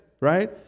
right